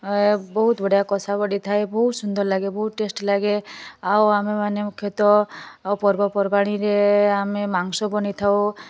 ବହୁତ ବଢ଼ିଆ କଷା ବଡ଼ି ଥାଏ ବହୁତ ସୁନ୍ଦର ଲାଗେ ବହୁତ ଟେଷ୍ଟି ଲାଗେ ଆଉ ଆମେ ମାନେ ମୁଖ୍ୟତଃ ଆଉ ପର୍ବପର୍ବାଣୀରେ ଆମେ ମାଂସ ବନାଇଥାଉ